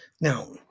Now